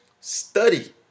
study